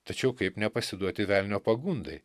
tačiau kaip nepasiduoti velnio pagundai